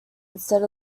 instead